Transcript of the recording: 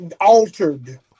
altered